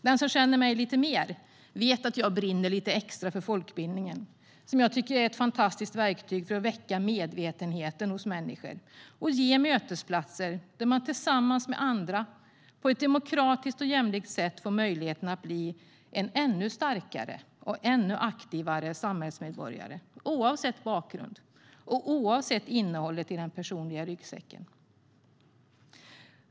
Den som känner mig lite mer vet att jag brinner lite extra för folkbildningen, som jag tycker är ett fantastiskt verktyg för att väcka medvetenhet hos människor och ge mötesplatser där man tillsammans med andra på ett demokratiskt och jämlikt sätt får möjligheten att bli en ännu starkare och aktivare samhällsmedborgare, oavsett bakgrund och oavsett innehållet i den personliga ryggsäcken.